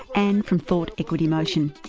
and from thought equity motion